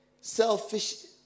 selfish